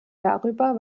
darüber